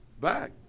back